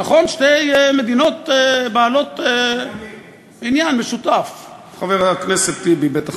נכון, שתי מדינות בעלות, שני עמים.